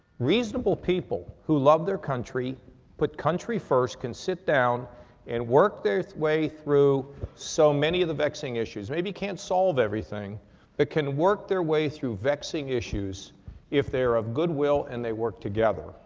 reasonable people who love their country put country first can sit down and work their way through so many of the vexing issues. maybe can't solve everything but can work their way through vexing issues if they're of good will and they work together.